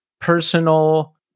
personal